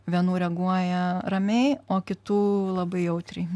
vienų reaguoja ramiai o kitų labai jautriai